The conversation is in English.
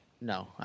No